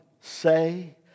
say